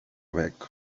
bec